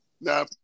Now